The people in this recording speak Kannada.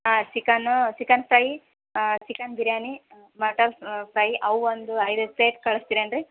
ಹಾಂ ಚಿಕನ್ನು chicken fry chicken biryani mutton fry ಅವು ಒಂದು ಐದೈದು ಪ್ಲೇಟ್ ಕಳಿಸ್ತೇರೇನ್ರಿ